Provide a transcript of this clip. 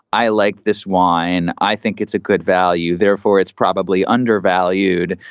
i like this wine. i think it's a good value. therefore, it's probably undervalued.